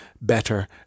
better